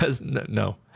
no